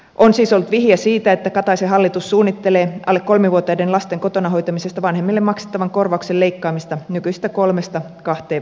on siis ollut vihiä siitä että kataisen hallitus suunnittelee alle kolmivuotiaiden lasten kotona hoitamisesta vanhemmille maksettavan korvauksen leikkaamista nykyisestä kolmesta kahteen vuoteen